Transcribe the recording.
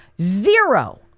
zero